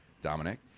Dominic